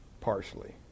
Partially